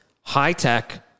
high-tech